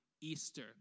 Easter